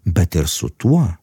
bet ir su tuo